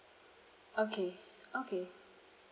okay okay